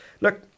look